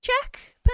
check